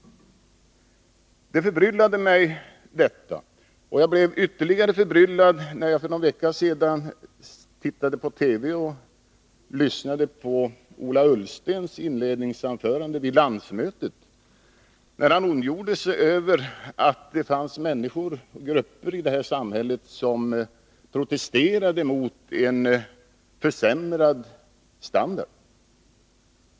Det förbryllade mig. Jag blev ytterligare förbryllad när jag för någon vecka sedan tittade på TV och lyssnade på Ola Ullstens inledningsanförande vid landsmötet. Han ondgjorde sig över att det fanns människor och grupper i det här samhället som protesterade mot en försämrad standard.